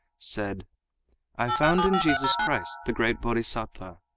said i found in jesus christ the great bodhisattva,